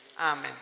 Amen